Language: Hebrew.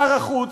שר החוץ,